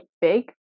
big